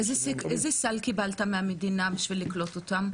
איזה סל קיבלת מהמדינה בשביל לקלוט אותם?